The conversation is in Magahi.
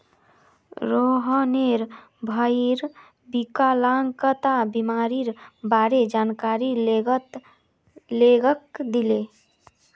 रोहनेर भईर विकलांगता बीमारीर बारे जानकारी लोगक दीले